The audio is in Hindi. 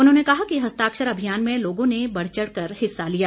उन्होंने कहा कि हस्ताक्षर अभियान में लोगों ने बढ़चढ़ कर हिस्सा लिया